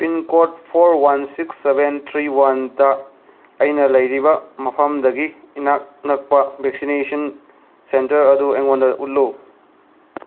pin code four one six seven three ꯋꯥꯟꯇ ꯑꯩꯅ ꯂꯩꯔꯤꯕ ꯃꯐꯝꯗꯒꯤ ꯏꯅꯛ ꯅꯛꯄ ꯚꯦꯛꯁꯤꯅꯦꯁꯟ ꯁꯦꯟꯇꯔ ꯑꯗꯨ ꯑꯩꯉꯣꯟꯗ ꯎꯠꯂꯨ